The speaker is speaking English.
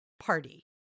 party